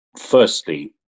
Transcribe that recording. firstly